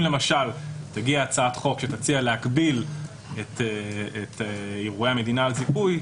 אם למשל תגיע הצעת חוק שתציע להגביל את אירועי המדינה על זיכוי,